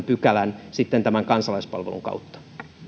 pykälän kansalaispalvelun kautta